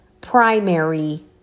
primary